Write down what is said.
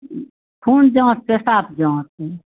खून जाँच पेशाब जाँच